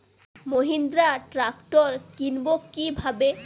Mahindra tractor কিনবো কি ভাবে?